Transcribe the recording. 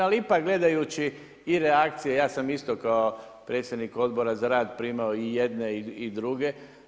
Ali ipak gledajući i reakcije, ja sam isto kao predsjednik Odbora za rad primao i jedne i druge.